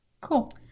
Cool